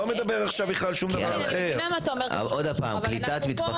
אנחנו באנו לדון בקיצור --- לא לנושא הבריאות המתמחים,